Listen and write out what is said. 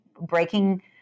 breaking